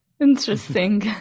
Interesting